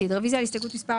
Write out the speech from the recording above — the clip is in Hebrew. כאן יש סנקציה.